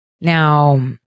Now